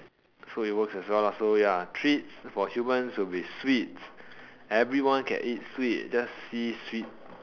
so it works as well lah so ya treats for humans will be sweets everyone can eat sweet just see sweet